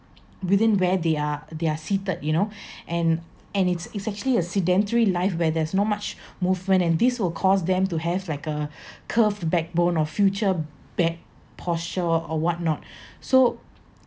within where they are they are seated you know and and it's it's actually a sedentary life where there's no much movement and this will cause them to have like uh curved backbone or future bad posture or what not so